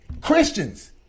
Christians